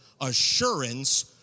assurance